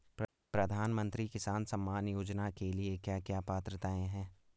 प्रधानमंत्री किसान सम्मान योजना के लिए क्या क्या पात्रताऐं हैं?